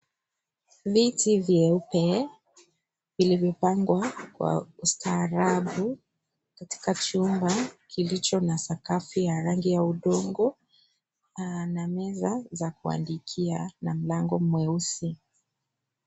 Viti yeupe vilivyopangwa kwa ustaarabu katika chumba kilicho na sakafu ya rangi ya udongo na meza za kuandikia na mlango mweusi.